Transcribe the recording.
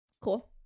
cool